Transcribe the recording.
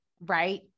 Right